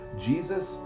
Jesus